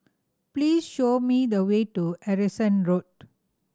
please show me the way to Harrison Road